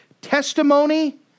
Testimony